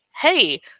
hey